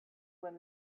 when